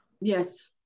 Yes